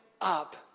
up